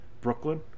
Brooklyn